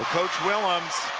ah coach willems,